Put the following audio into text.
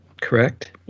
correct